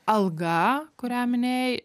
alga kurią minėjai